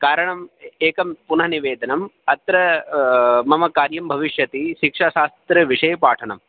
कारणम् एकं पुनः निवेदनम् अत्र मम कार्यं भविष्यति सिक्षासास्त्रविषयपाठनं